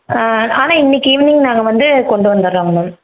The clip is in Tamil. ஆனால் இன்றைக்கி ஈவினிங் நாங்கள் வந்து கொண்டு வந்துறோங்க மேம்